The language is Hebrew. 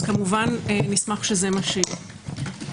כמובן נשמח שזה מה שיהיה.